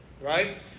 Right